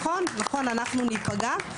נכון אנחנו נפגע,